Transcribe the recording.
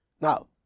Now